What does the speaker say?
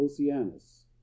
oceanus